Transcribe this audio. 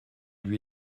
lui